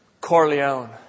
Corleone